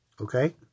Okay